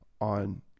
on